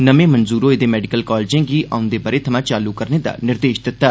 नमें मंजूर होए दे मेडिकल कालजें गी औंदे ब'रे थमां चालू करने दा निर्देश दित्ता